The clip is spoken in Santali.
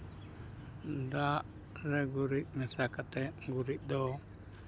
ᱫᱟᱜ ᱨᱮ ᱜᱩᱨᱤᱡ ᱢᱮᱥᱟ ᱠᱟᱛᱮᱫ ᱜᱩᱨᱤᱡ ᱫᱚ